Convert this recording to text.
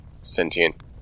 sentient